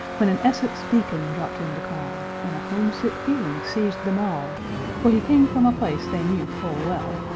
when an essex deacon dropped in to call, and a homesick feeling seized them all for he came from a place they knew full well,